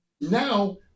now